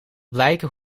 blijken